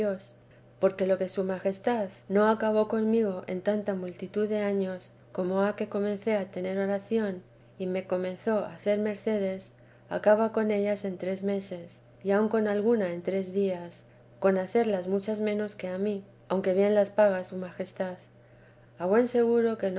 porque lo que su majestad no acabó conmigo en tanta multitud de años como ha que comencé a tener oración y me comenzó a hacer mercedes acaba con ellas en tres meses y aun con alguna en tres días con hacerlas muchas menos que a mí aunque bien las paga su majestad a buen seguro que